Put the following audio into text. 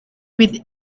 with